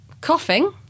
coughing